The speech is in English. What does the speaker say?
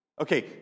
Okay